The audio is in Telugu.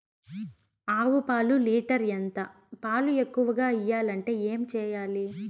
ఆవు పాలు లీటర్ ఎంత? పాలు ఎక్కువగా ఇయ్యాలంటే ఏం చేయాలి?